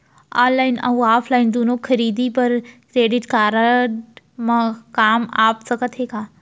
Online अऊ offline दूनो खरीदी बर क्रेडिट कारड काम आप सकत हे का?